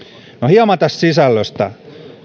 hieman tästä sisällöstä